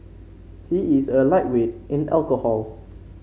he is a lightweight in alcohol